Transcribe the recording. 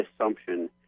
assumption